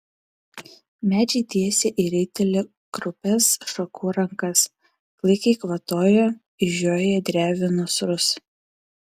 medžiai tiesė į raitelį kraupias šakų rankas klaikiai kvatojo išžioję drevių nasrus